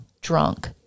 drunk